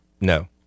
No